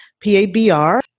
PABR